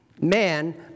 man